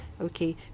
okay